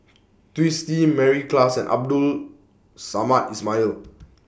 Twisstii Mary Klass and Abdul Samad Ismail